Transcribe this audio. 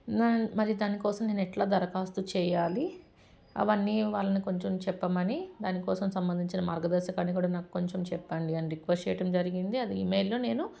మరి దానికోసం నేను ఎట్లా దరఖాస్తు చేయాలి అవన్నీ వాళ్ళని కొంచెం చెప్పమని దానికోసం సంబంధించిన మార్గదర్శకాన్ని కూడా నాకు కొంచెం చెప్పండి అని రిక్వస్ట్ చేయడం జరిగింది అది ఈమెయిల్లో నేను